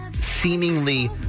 seemingly